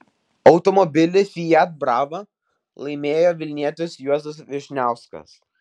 automobilį fiat brava laimėjo vilnietis juozas vyšniauskas